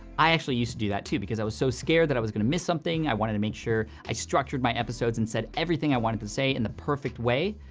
i actually used to do that too, because i was so scared that i was gonna miss something. i wanted to make sure i structured my episodes and said everything i wanted to say in the perfect way,